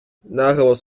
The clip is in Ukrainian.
наголос